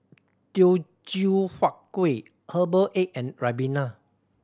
Teochew Huat Kueh herbal egg and ribena